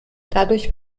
dadurch